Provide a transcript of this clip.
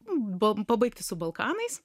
pabaigti su balkanais